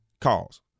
calls